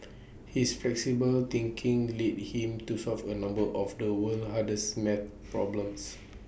his flexible thinking lead him to solve A number of the world's hardest maths problems